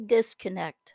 Disconnect